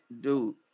dude